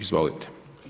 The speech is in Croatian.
Izvolite.